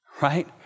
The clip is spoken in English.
right